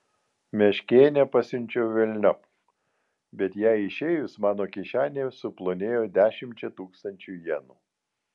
meškėnę pasiunčiau velniop bet jai išėjus mano kišenė suplonėjo dešimčia tūkstančių jenų